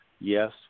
Yes